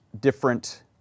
different